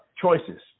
Choices